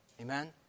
Amen